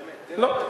באמת, תן לנו להצביע.